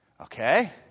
Okay